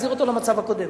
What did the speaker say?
להחזיר אותה למצב הקודם.